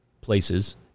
places